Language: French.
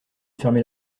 fermer